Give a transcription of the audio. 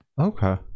okay